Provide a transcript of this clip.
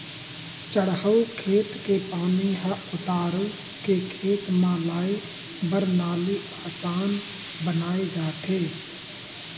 चड़हउ खेत के पानी ह उतारू के खेत म लाए बर नाली असन बनाए जाथे